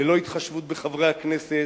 ללא התחשבות בחברי הכנסת,